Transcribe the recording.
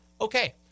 okay